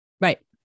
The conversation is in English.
Right